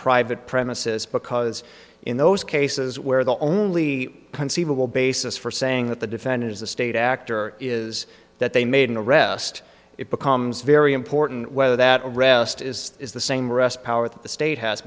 private premises because in those cases where the only conceivable basis for saying that the defendant is a state actor is that they made an arrest it becomes very important whether that arrest is the same arrest power that the state has